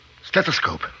Stethoscope